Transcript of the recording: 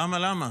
למה?